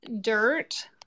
dirt